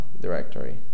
directory